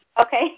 Okay